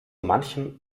manchen